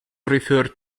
referred